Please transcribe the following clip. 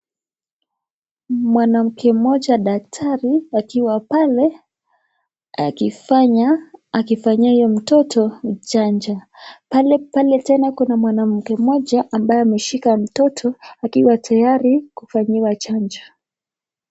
Mwanamke mmoja daktari akiwa pale akifanya, akifanyia huyo mtoto chanjo. Pale pale tena kuna mwanamke mmoja ambaye ameshika mtoto akiwa tayari kufanyiwa chanjo.